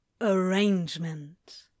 arrangement